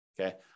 Okay